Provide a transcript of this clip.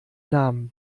namen